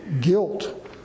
guilt